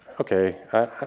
Okay